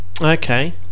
Okay